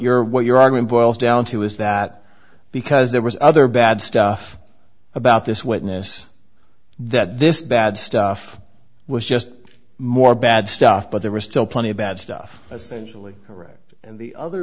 you're what you're arguing boils down to is that because there was other bad stuff about this witness that this bad stuff was just more bad stuff but there was still plenty of bad stuff essentially correct and the other